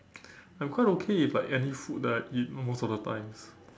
I'm quite okay with like any food that I eat most of the time